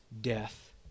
death